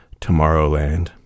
Tomorrowland